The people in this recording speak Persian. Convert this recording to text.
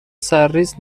سرریز